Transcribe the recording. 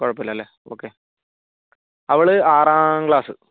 കുഴപ്പമില്ല അല്ലേ ഓക്കെ അവൾ ആറാം ക്ലാസ്സ്